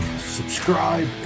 subscribe